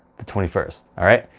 the twenty first all right.